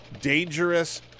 dangerous